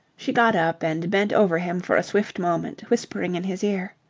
she got up and bent over him for a swift moment, whispering in his ear,